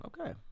Okay